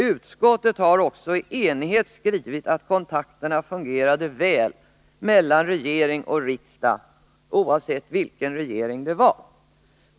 Utskottet har också i enighet skrivit att kontakterna fungerade väl mellan regering och riksdag oavsett vilken regering det var.